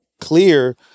clear